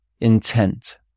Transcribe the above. intent